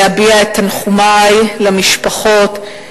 להביע את תנחומי למשפחות,